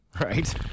right